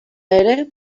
ere